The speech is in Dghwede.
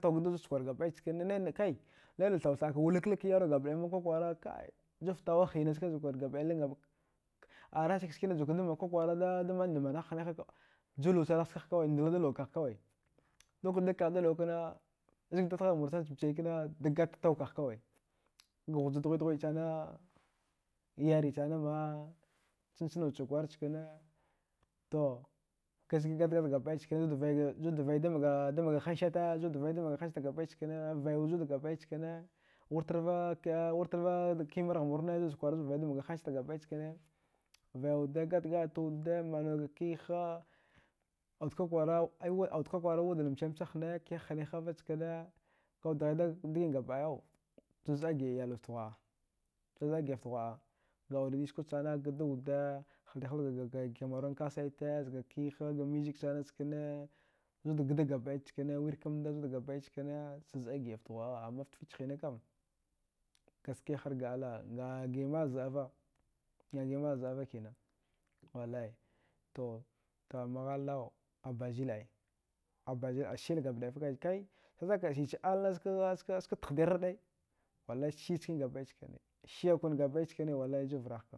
Taw gdawad zuchakwar gabɗai chkane naina kai naina tha. authɗka wulaklak yarwa gabɗaina kwakwara kai juftawaghhina skachakwarlilin gabakɗai arasika skina juwakadaman kwakwara damandmanagh hneha julwasanagh skaghkawai ndlada luwakagh kawai dughukadag kaghda luwa kna zga dadhaghmursana chamchai kna dagata tau kagh kawai ga ghuja dughe. jughe sana yare sanama chanchna wadcha war chkane to zud gatagat gabɗai chkane zudda vaidamga hansete zudda vaidamga hanset gabɗai chkane vaiwud zud gabɗai chkane wutarva cameraghmurne zuchtakwar zud vaidamga hanset gabɗai chkine chkine vaiwude, gatagatwude manwadga kiha awad kwakwara wudna mchai mcha hne kiha hne hava nchkane kawud dghaida dghina gabɗaya chzza gi. a iyalwa ftaghwa. a, chza. a giaftghwa. a. da auri diskwa sana gdauda haldihlawadga cameroon kasete gakiha da music sana chkane zudgda gabɗai chkane wirkamda zud gubɗai chkane, chazza. a giɗafta ghwa. a amma ftafich hinakam gaskiya harga allah nga giɗa maɗ zɗava ngagiɗa maɗ zɗava kina, walli to amma halna abazil ai abazil a syal gabɗaifakai chachamka syach-alna ksa tahdi raɗai wallai sya chkine gabɗai chkane siyakun gabɗai chkane wallai juvrahka